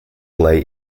lay